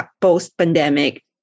post-pandemic